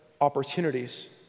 opportunities